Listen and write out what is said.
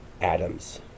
atoms